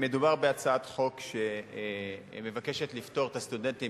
מדובר בהצעת חוק שמבקשת לפטור את הסטודנטים